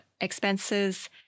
expenses